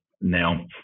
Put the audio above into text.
now